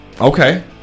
Okay